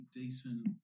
decent